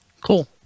Cool